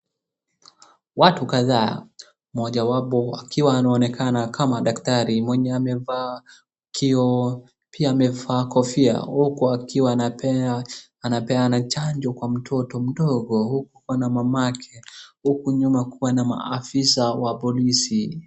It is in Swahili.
Watu kadhaa mmoja wapo akiwa anonekana kama daktari mwenye amevaa kioo pia amevaa kofia huku akiwa anapeana chanjo kwa mtoto mdogo huku akiwa na mamake huku nyuma kukiwa na maafisa wa polisi.